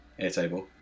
Airtable